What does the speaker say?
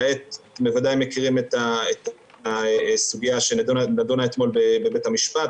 כעת אתם בוודאי מכירים את הסוגיה שנדונה אתמול בבית המשפט,